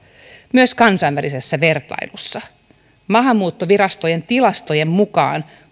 myös kansainvälisessä vertailussa maahanmuuttoviraston tilastojen mukaan